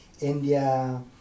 India